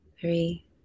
three